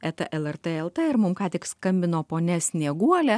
eta lrt lt ir mums ką tik skambino ponia snieguolė